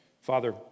Father